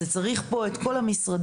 צריך פה את כל המשרדים,